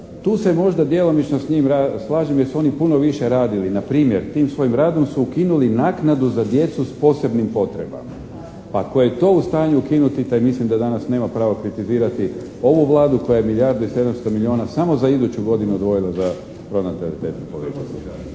Tu se možda djelomično s njim slažem, jer su ono puno više radili. Na primjer tim svojim radom su ukinuli naknadu za djecu s posebnim potrebama. Pa tko je to u stanju ukinuti, taj mislim da danas nema pravo kritizirati ovu Vladu koja je milijardu i 700 milijuna samo za iduću godinu odvojila za pronatalitetnu politiku.